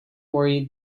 worry